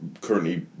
currently